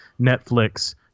Netflix